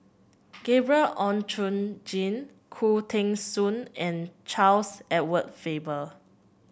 Gabriel Oon Chong Jin Khoo Teng Soon and Charles Edward Faber